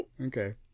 Okay